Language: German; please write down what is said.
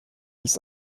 des